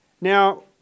Now